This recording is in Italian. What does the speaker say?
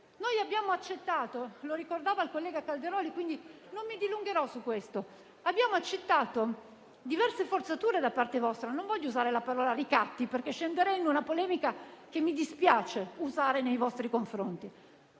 abbiamo accettato diverse forzature da parte vostra. Non voglio usare la parola «ricatti» perché scenderei in una polemica che mi dispiace usare nei vostri confronti.